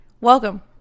welcome